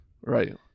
Right